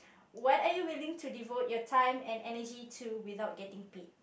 what are you willing to devote your time and energy to without getting paid